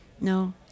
no